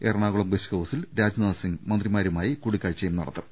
Ernakulam guest ഹൌസിൽ രാജ്നാഥ് സിംഗ് മന്ത്രിമാരുമായും കൂടിക്കാഴ്ച നടത്തും